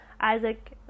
Isaac